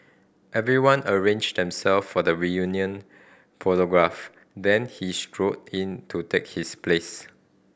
everyone arranged themself for the reunion photograph then he strode in to take his place